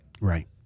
Right